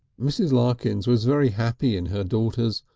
mrs. larkins was very happy in her daughters,